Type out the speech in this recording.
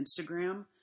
Instagram